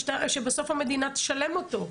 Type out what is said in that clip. שבסוף המדינה תשלם אותו.